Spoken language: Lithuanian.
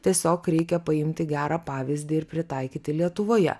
tiesiog reikia paimti gerą pavyzdį ir pritaikyti lietuvoje